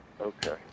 Okay